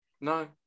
No